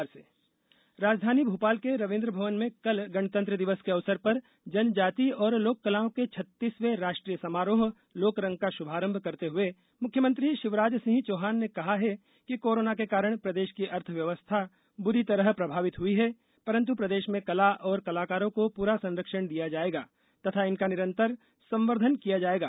लोकरंग उत्सव राजधानी भोपाल के रवीन्द्र भवन में कल गणतंत्र दिवस के अवसर पर जनजातीय और लोक कलाओं के छत्तीसवें राष्ट्रीय समारोह लोकरंग का शुभारंभ करते हुए मुख्यमंत्री शिवराज सिंह चौहान ने कहा है कि कोरोना के कारण प्रदेश की अर्थव्यवस्था बूरी तरह प्रभावित हुई है परन्तु प्रदेश में कला और कलाकारों को पूरा संरक्षण दिया जाएगा तथा इनका निरंतर संवर्धन किया जाएगा